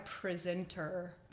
presenter